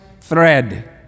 thread